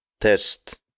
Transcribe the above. test